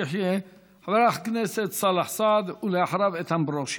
חבר הכנסת סאלח סעד, ואחריו, איתן ברושי.